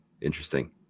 interesting